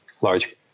large